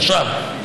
עכשיו.